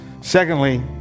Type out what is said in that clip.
Secondly